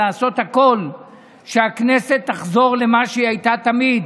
לעשות הכול שהכנסת תחזור למה שהיא הייתה תמיד: